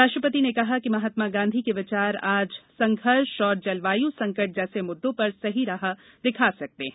राष्ट्रपति ने कहा कि महात्मा गांधी के विचार आज संघर्ष और जलवायु संकट जैसे मुद्दों पर सही राह दिखा सकते हैं